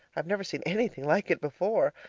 i've never seen anything like it before.